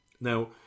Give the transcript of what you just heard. Now